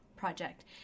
project